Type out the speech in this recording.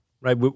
right